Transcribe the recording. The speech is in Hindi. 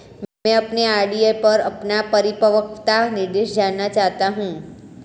मैं अपने आर.डी पर अपना परिपक्वता निर्देश जानना चाहता हूं